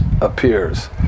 appears